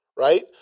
Right